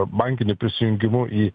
bankiniu prisijungimu į